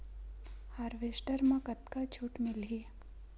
Harvester म कतका छूट मिलही?